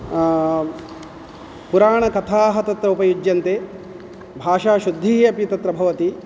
पुराणकथाः तत्र उपयुज्यन्ते भाषाशुद्धिः अपि तत्र भवति